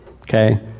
Okay